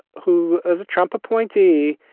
who was a trump appointee,